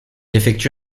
effectue